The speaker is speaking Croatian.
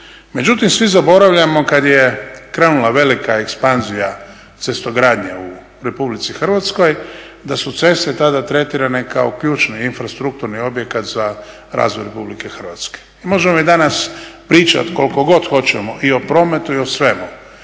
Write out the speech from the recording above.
Međutim, svi zaboravljamo kad je krenula velika ekspanzija cestogradnje u Republici Hrvatskoj da su ceste tada tretirane kao ključni infrastrukturni objekat za razvoj Republike Hrvatske. I možemo mi danas pričati koliko god hoćemo i o prometu i o svemu,